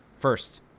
first